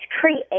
create